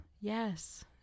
Yes